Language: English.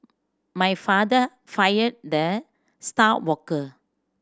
my father fired the star worker